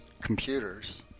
computers